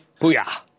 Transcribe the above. Booyah